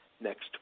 next